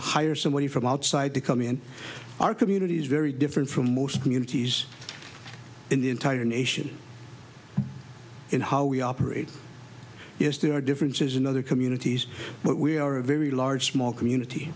to hire somebody from outside to come in our community is very different from most communities in the entire nation in how we operate yes there are differences in other communities but we are a very large small community